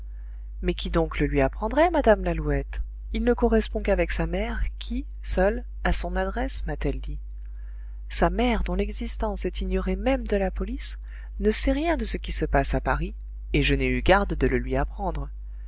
mais qui donc le lui apprendrait madame lalouette il ne correspond qu'avec sa mère qui seule a son adresse m'a-t-elle dit sa mère dont l'existence est ignorée même de la police ne sait rien de ce qui se passe à paris et je n'ai eu garde de le lui apprendre